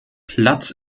platz